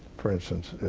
for instance,